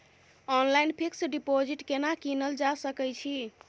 Online fix deposit केना कीनल जा सकै छी?